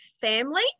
family